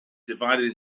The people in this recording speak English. divided